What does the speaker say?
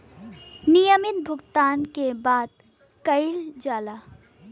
नियमित भुगतान के बात कइल जाला